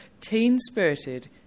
teen-spirited